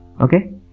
okay